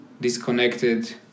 disconnected